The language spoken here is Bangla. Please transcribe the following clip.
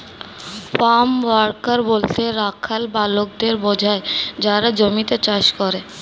ফার্ম ওয়ার্কার বলতে রাখাল বালকদের বোঝায় যারা জমিতে চাষ করে